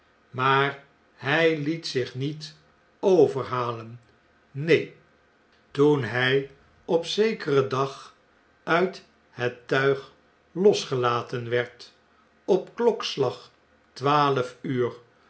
maar hg liet zich niet overhalen neen toen hii op zekeren dag uit het tuig losgelaten werd op klokslag twaalf uur